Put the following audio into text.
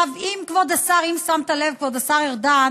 כבוד השר ארדן,